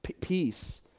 peace